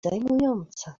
zajmującą